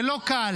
זה לא קל.